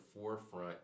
forefront